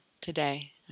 today